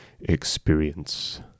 experience